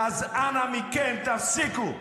אז אנא מכם, תפסיקו.